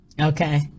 okay